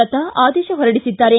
ಲತಾ ಆದೇಶ ಹೊರಡಿಸಿದ್ದಾರೆ